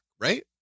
right